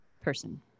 person